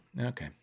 Okay